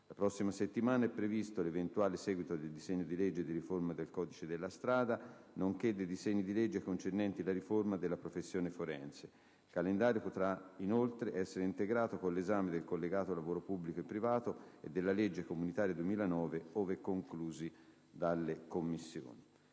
La prossima settimana eprevisto l’eventuale seguito del disegno di legge di riforma del codice della strada, nonche´ dei disegni di legge concernenti la riforma della professione forense. Il calendario potra inoltre essere integrato con l’esame del collegato sul lavoro pubblico e privato e della legge comunitaria 2009, ove conclusi dalle Commissioni.